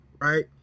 right